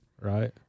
Right